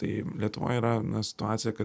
tai lietuvoj yra na situacija kad